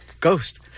ghost